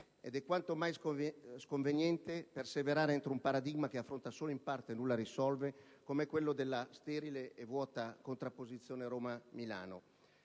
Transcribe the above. Ed è quanto mai sconveniente perseverare entro un paradigma che affronta solo in parte e nulla risolve, com'è quello della sterile e vuota contrapposizione tra Roma e Milano.